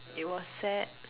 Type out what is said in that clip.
it was sad